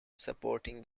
supporting